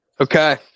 okay